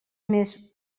més